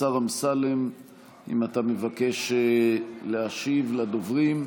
השר אמסלם אם אתה מבקש להשיב לדוברים,